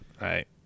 right